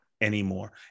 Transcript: anymore